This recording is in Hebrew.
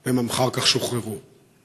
הם עמדו שם ברחוב וראיינו תושבים,